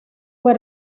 fue